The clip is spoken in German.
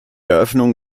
eröffnung